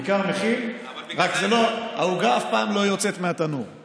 בעיקר מכין, אבל העוגה אף פעם לא יוצאת מהתנור.